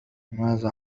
ماذا